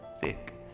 thick